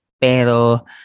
pero